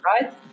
right